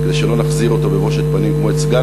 כדי שלא נחזיר אותו בבושת פנים כמו את סגן